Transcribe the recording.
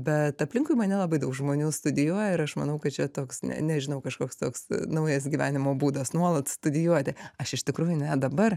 bet aplinkui mane labai daug žmonių studijuoja ir aš manau kad čia toks ne nežinau kažkoks toks naujas gyvenimo būdas nuolat studijuoti aš iš tikrųjų ne dabar